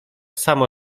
samo